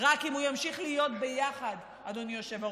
אם הוא ימשיך להיות ביחד, אדוני היושב-ראש,